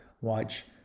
watch